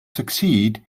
succeed